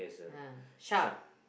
(uh huh) shark